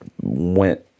went